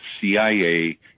cia